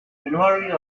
january